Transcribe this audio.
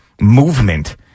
movement